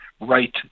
right